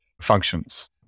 functions